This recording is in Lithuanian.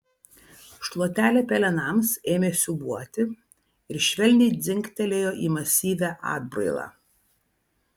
šluotelė pelenams ėmė siūbuoti ir švelniai dzingtelėjo į masyvią atbrailą